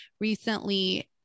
recently